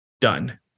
Done